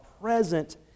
present